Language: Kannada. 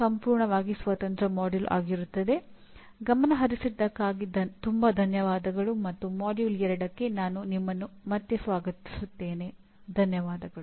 ನಿಮ್ಮ ಗಮನಕ್ಕೆ ಧನ್ಯವಾದಗಳು